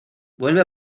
vuelve